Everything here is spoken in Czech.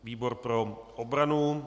Výbor pro obranu.